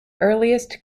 earliest